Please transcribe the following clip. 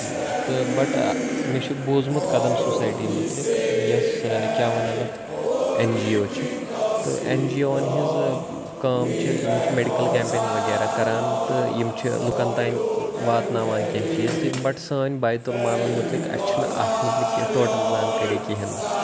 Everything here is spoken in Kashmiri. تہٕ بَٹ مےٚ چھُ بوٗزمُت قدم سوسایٹی مُتعلق یۄس کیٛاہ وَنان اَتھ اٮ۪ن جی او چھِ تہٕ اٮ۪ن جی اووَن ہِنٛز کٲم چھِ یِم چھِ میڈِکل کیمپِنٛگ وغیرہ کران تہٕ یِم چھِ لُکن تام واتناوان کینٛہہ چیٖز بٹ سٲنۍ بیتُ المالن مُتعلق اَسہِ چھِنہٕ اَتھ مُتعلق ٹوٹل زانکٲری کہیٖنۍ نہٕ